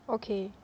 okay